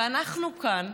ואנחנו כאן,